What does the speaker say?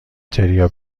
تریا